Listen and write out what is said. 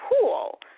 pool